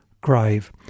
grave